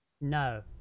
No